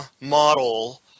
model